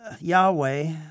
Yahweh